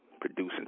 producing